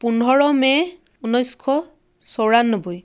পোন্ধৰ মে' উনৈছশ চৌৰান্নব্বৈ